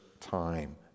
time